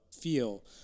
feel